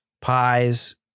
pies